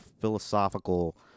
philosophical